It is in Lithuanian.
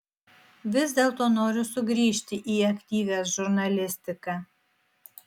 vis dėlto noriu sugrįžti į aktyvią žurnalistiką